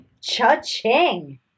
Cha-ching